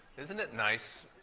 isn't it nice?